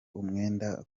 umwenda